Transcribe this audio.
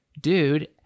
dude